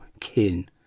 kin